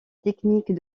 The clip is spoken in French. technique